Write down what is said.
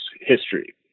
history